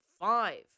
five